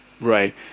Right